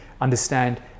understand